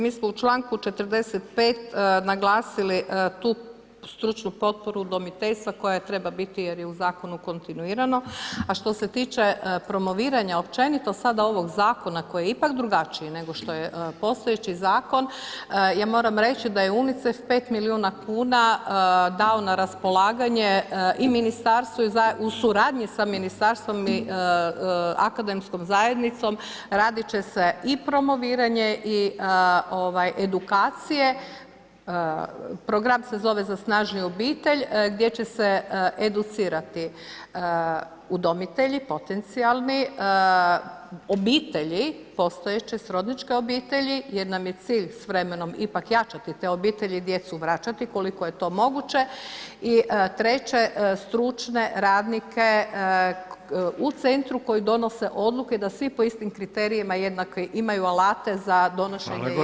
Mi smo u članku 45. naglasili tu stručnu potporu udomiteljstva koja treba biti jer je u zakonu kontinuirano, a što se tiče promoviranja općenito sada ovog zakona koji je ipak drugačiji nego što je postojeći zakon, ja moram reći da je UNICEF 5 milijuna kuna dao na raspolaganje i ministarstvu u suradnji sa ministarstvom akademskom zajednicom radit će se i promoviranje i edukacije, program se zove Za snažniju obitelj gdje će se educirati udomitelji, potencijalni, obitelji postojeće, srodničke obitelji jer nam cilj s vremenom ipak jačati te obitelji, djecu vraćati koliko je to moguće i treće, stručne radnike u centru koji donose odluke da svi po istim kriterijima jednakim imaju alate za donošenje jednakih odluka.